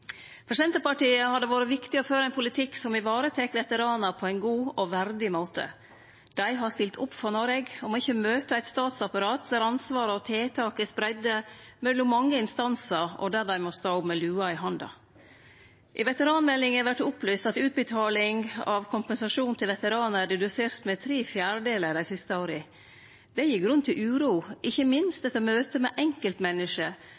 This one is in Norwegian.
For Senterpartiet har det vore viktig å føre ein politikk som tek vare på veteranar på ein god og verdig måte. Dei har stilt opp for Noreg og må ikkje møte eit statsapparat der ansvar og tiltak er spreidde mellom mange instansar, og der dei må stå med lua i handa. I veteranmeldinga vert det opplyst at utbetaling av kompensasjon til veteranar er redusert med tre fjerdedelar dei siste åra. Det gir grunn til uro, ikkje minst etter møte med enkeltmenneske